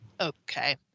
Okay